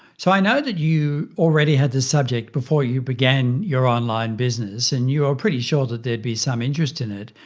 so i know that you already had the subject before you began your online business, and you were ah pretty sure that there'd be some interest in it.